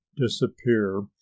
disappear